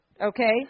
Okay